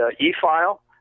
e-file